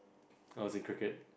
I was in cricket